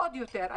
עוד יותר,